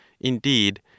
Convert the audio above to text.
indeed